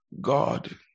God